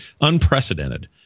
unprecedented